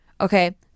okay